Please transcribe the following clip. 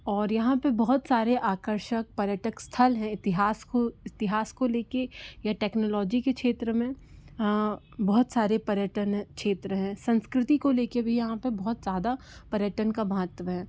और यहाँ पर बहुत सारे आकर्षक पर्यटन स्थल है इतिहास को इतिहास को ले के या टेक्नौलौजी के क्षेत्र में बहुत सारे पर्यटन क्षेत्र हैं संस्कृति को ले के भी यहाँ पर बहुत ज़्यादा पर्यटन का महत्व है